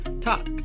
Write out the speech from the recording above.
talk